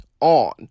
on